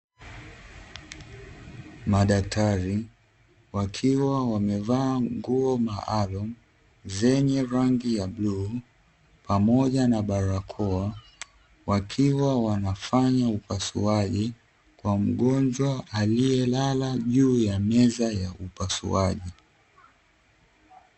Madaktari wakiwa wamevaa nguo maalumu zenye rangi ya bluu pamoja na barakoa, wakiwa wanafanya upasuaji kwa mgonjwa aliyelala juu ya meza ya upasuaji.